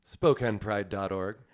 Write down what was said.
SpokanePride.org